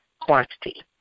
quantity